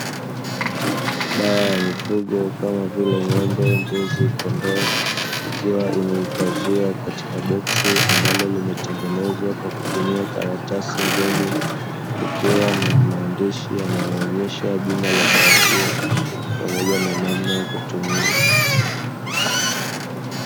Dawa ya mifugo kama vile: ng'ombe, mbuzi, kondoo, ikiwa imehifadhiwa katika boksi ambalo limetengenezwa kwa kutumia karatasi ngumu, kukiwa na maandishi yanayoonyesha jina la dawa hiyo pamoja na namna ya kutumia.